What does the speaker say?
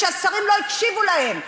כשהשרים לא הקשיבו להם,